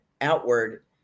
outward